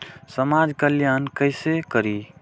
समाज कल्याण केसे करी?